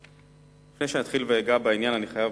לפני שאתחיל ואגע בעניין אני חייב,